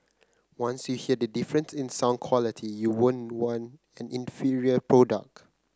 once you hear the difference in sound quality you won't want an inferior product